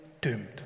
doomed